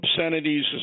obscenities